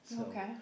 Okay